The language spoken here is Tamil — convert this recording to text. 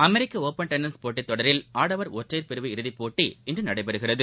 அமெரிக்கடுபன் டென்னிஸ் போட்டித் தொடரில் ஆடவர் ஒற்றையர் பிரிவு இறுதிப்போட்டி இன்றுநடைபெறுகிறது